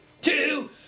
Two